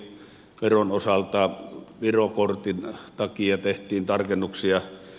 alkoholiveron osalta viro kortin takia tehtiin tarkennuksia